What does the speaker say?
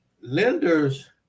lenders